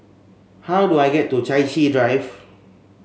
how do I get to Chai Chee Drive